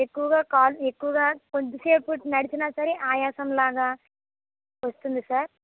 ఎక్కువగా కాళ్ళు ఎక్కువగా కొద్దిసేపు నడిచినా సరే ఆయాసంలాగా వస్తుంది సార్